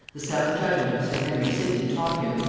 the sound judgement of sir henry sidney taught him,